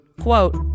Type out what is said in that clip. quote